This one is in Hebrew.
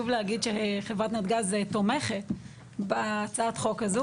להגיד שחברת נתג״ז תומכת בהצעת החוק הזו,